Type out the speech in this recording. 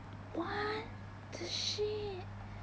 what the shit